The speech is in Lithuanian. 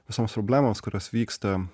visoms problemos kurios vyksta